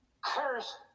cursed